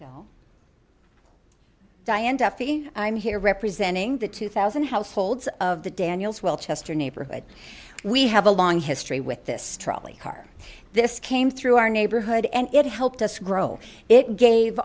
duffy i'm here representing the two thousand households of the daniels well chester neighborhood we have a long history with this trolley car this came through our neighborhood and it helped us grow it gave